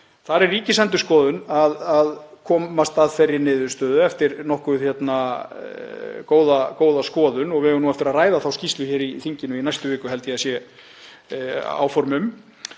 þar kemst Ríkisendurskoðun að þeirri niðurstöðu, eftir nokkuð góða skoðun — og við eigum eftir að ræða þá skýrslu hér í þinginu í næstu viku, held ég að séu áform um,